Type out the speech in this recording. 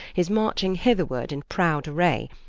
is marching hitherward in proud array,